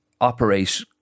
operate